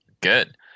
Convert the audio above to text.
good